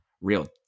real